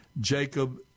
Jacob